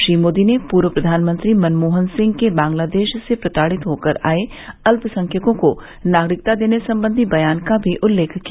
श्री मोदी ने पूर्व प्रधानमंत्री मनमोहन सिंह के बंगलादेश से प्रताड़ित होकर आए अल्पसंख्यकों को नागरिकता देने संबंधी बयान का भी उल्लेख किया